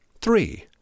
Three